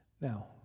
Now